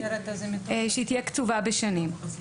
קצובים בשנים.